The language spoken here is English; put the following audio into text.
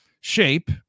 shape